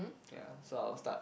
ya so I will start